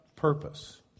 purpose